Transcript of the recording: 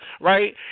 right